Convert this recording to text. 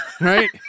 Right